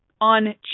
on